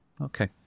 Okay